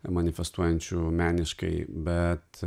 manifestuojančių meniškai bet